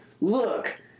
look